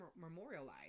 memorialized